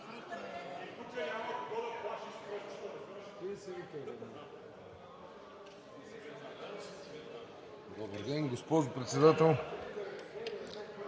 Добър ден, госпожо Председател,